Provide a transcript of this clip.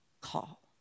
call